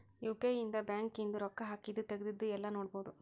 UPI ಇಂದ bank ಇಂದು ರೊಕ್ಕ ಹಾಕಿದ್ದು ತೆಗ್ದಿದ್ದು ಯೆಲ್ಲ ನೋಡ್ಬೊಡು